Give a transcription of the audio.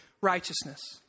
righteousness